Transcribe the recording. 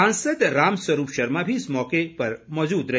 सांसद रामस्वरूप शर्मा भी इस मौके मौजूद रहे